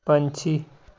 ਪੰਛੀ